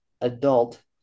adult